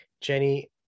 jenny